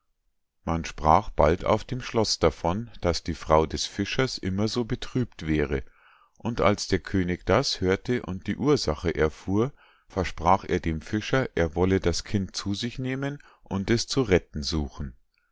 man sprach bald auf dem schloß davon daß die frau des fischers immer so betrübt wäre und als der könig das hörte und die ursache erfuhr versprach er dem fischer er wolle das kind zu sich nehmen und es zu retten suchen